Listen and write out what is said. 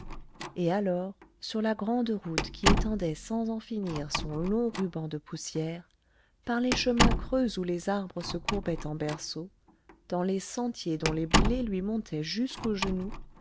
et alors sur la grande route qui étendait sans en finir son long ruban de poussière par les chemins creux où les arbres se courbaient en berceaux dans les sentiers dont les blés lui montaient jusqu'aux genoux